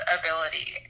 ability